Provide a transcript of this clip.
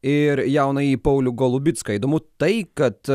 ir jaunąjį paulių golubicką įdomu tai kad